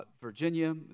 Virginia